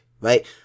right